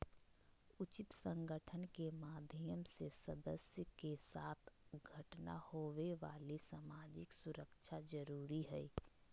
उचित संगठन के माध्यम से सदस्य के साथ घटना होवे वाली सामाजिक सुरक्षा जरुरी हइ